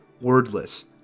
wordless